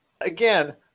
Again